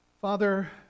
Father